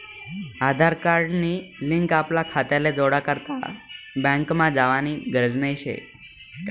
आधार card नी link आपला खाताले जोडा करता बँकमा जावानी गरज नही शे